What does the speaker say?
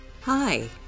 Hi